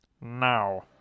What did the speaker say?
Now